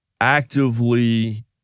actively